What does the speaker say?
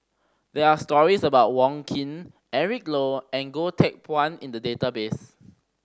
there are stories about Wong Keen Eric Low and Goh Teck Phuan in the database